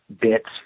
bits